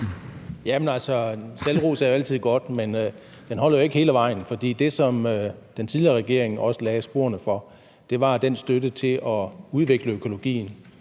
(EL): Altså, selvros er altid godt, men det holder jo ikke hele vejen. For det, som den tidligere regering også lagde sporene til, var, at den støtte til at udvikle økologien,